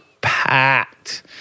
packed